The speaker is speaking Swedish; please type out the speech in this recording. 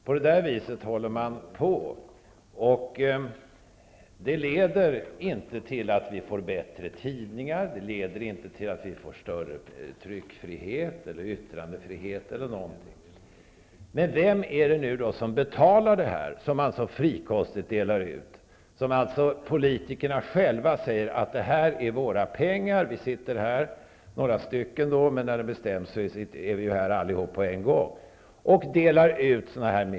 Så där håller man på. Men det leder inte till att tidningarna blir bättre och inte heller till att tryckfriheten eller yttrandefriheten blir större. Men vem är det som betalar dessa pengar som så frikostigt delas ut, som politikerna själva förfogar över och delar ut?